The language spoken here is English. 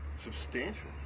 Substantial